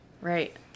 right